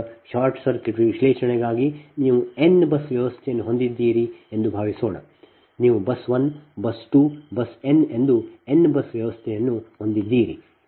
ಈಗ short circuit ವಿಶ್ಲೇಷಣೆಗಾಗಿ ನೀವು ಎನ್ ಬಸ್ ವಿದ್ಯುತ್ ವ್ಯವಸ್ಥೆಯನ್ನು ಹೊಂದಿದ್ದೀರಿ ಎಂದು ಭಾವಿಸೋಣ ನೀವು ಬಸ್ 1 ಬಸ್ 2 ಬಸ್ ಎನ್ ಎಂದು ಎನ್ ಬಸ್ ವಿದ್ಯುತ್ ವ್ಯವಸ್ಥೆಯನ್ನು ಹೊಂದಿದ್ದೀರಿ